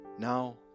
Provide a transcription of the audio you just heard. Now